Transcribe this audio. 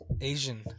Asian